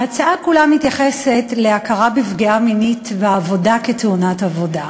ההצעה כולה מתייחסת להכרה בפגיעה מינית בעבודה כתאונת עבודה.